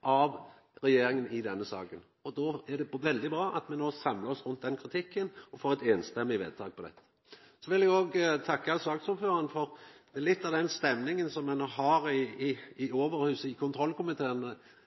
av regjeringa i denne saka. Da er det veldig bra at me no samlar oss rundt den kritikken og får eit samrøystes vedtak. Så vil eg òg takka saksordføraren. Stemninga som ein har i «overhuset» – i kontrollkomiteen – har ofte vore dårleg, men i